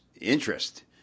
interest